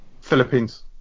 Philippines